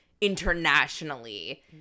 internationally